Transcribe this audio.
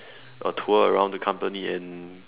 a tour around the company and